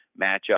matchup